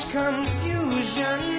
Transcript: confusion